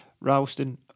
Ralston